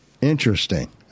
Interesting